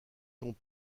ton